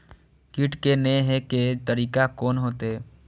कीट के ने हे के तरीका कोन होते?